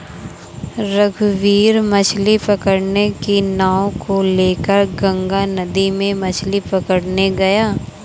रघुवीर मछ्ली पकड़ने की नाव को लेकर गंगा नदी में मछ्ली पकड़ने गया